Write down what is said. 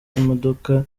imodoka